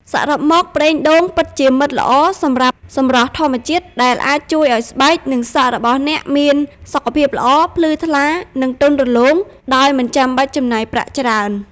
សរុបមក ប្រេងដូងពិតជាមិត្តល្អសម្រាប់សម្រស់ធម្មជាតិ ដែលអាចជួយឱ្យស្បែកនិងសក់របស់អ្នកមាន សុខភាពល្អ ភ្លឺថ្លា និងទន់រលោង ដោយមិនចាំបាច់ចំណាយប្រាក់ច្រើន។